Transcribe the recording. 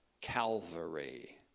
Calvary